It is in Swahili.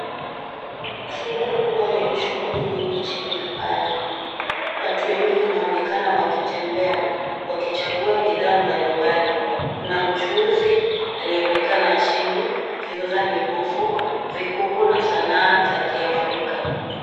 Soko kubwa lenye shughuli nyingi chini ya paa la bluu. Watu wengi wanaonekana wakitembea, wakichagua bidhaa mbalimbali. Kuna mchuuzi, alionekana chini, akiuza mikufu, vikuku, na sanaa za kiafrika.